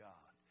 God